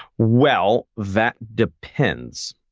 well, that depends.